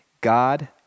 God